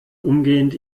umgehend